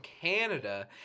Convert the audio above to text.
Canada